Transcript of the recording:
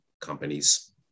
companies